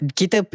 kita